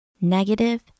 negative